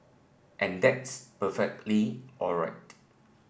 and that's perfectly all right